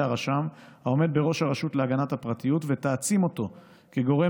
הרשם העומד בראש הרשות להגנת הפרטיות ותעצים אותו כגורם